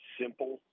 simple